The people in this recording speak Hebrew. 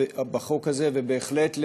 ובהחלט,